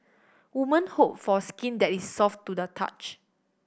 woman hope for skin that is soft to the touch